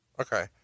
Okay